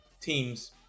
teams